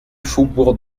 faubourg